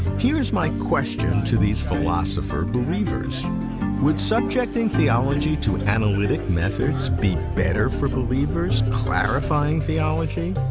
here is my question to these philosopher-believers would subjecting theology to analytic methods be better for believers, clarifying theology,